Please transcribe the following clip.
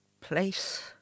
place